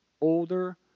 Older